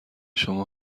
شما